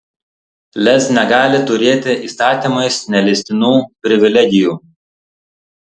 lez negali turėti įstatymais neleistinų privilegijų